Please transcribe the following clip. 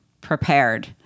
prepared